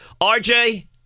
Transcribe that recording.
RJ